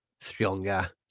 stronger